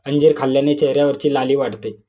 अंजीर खाल्ल्याने चेहऱ्यावरची लाली वाढते